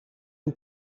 een